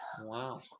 Wow